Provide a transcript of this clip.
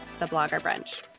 thebloggerbrunch